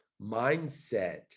mindset